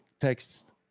text